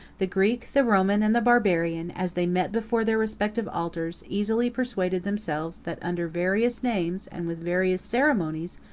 the greek, the roman, and the barbarian, as they met before their respective altars, easily persuaded themselves, that under various names, and with various ceremonies,